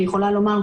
אני יכולה לומר,